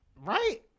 right